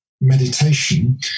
meditation